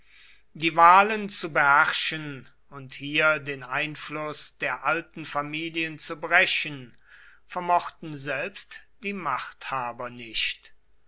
die wahlen zu beherrschen und hier den einfluß der alten familien zu brechen vermochten selbst die machthaber nicht